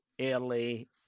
early